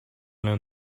learn